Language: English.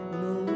no